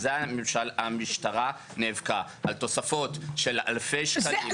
על זה המשטרה נאבקה, על תוספות של אלפי שקלים.